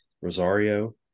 Rosario